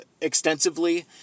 extensively